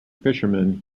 fisherman